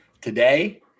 Today